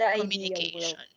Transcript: communication